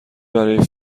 برای